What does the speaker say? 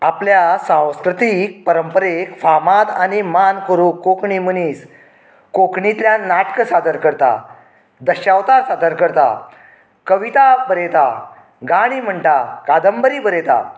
आपल्या सांस्कृतीक परंपरेक फामाद आनी मान करूंक कोंकणी मनीस कोंकणीतल्यान नाटकां सादर करता दश्यावतार सादर करता कविता बरयता गाणी म्हणटा कादंबरी बरयता